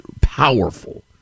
powerful